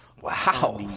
wow